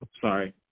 sorry